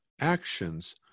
actions